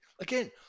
Again